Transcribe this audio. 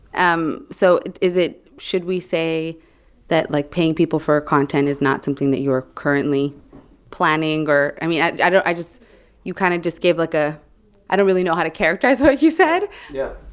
um so is it should we say that, like, paying people for content is not something that you are currently planning or i mean, i don't i just you kind of just gave, like, a i don't really know how to characterize what you said yeah.